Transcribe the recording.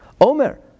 Omer